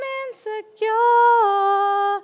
insecure